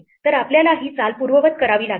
तर आपल्याला ही चाल पूर्ववत करावी लागेल